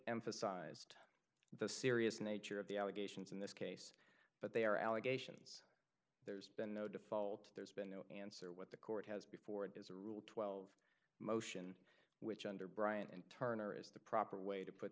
emphasized the serious nature of the allegations in this case but they are allegations there's been no default there's been or what the court has before it is a rule twelve motion which under brian and turner is the proper way to put